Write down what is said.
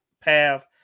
path